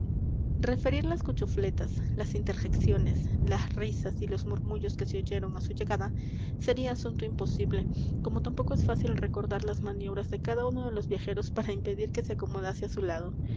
referir las cuchufletas las interjecciones las risas y los murmullos que se oyeron á su llegada sería asunto imposible como tampoco es fácil recordar las maniobras de cada uno de los viajeros para impedir que se acomodase á su lado